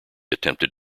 attempted